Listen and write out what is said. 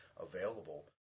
available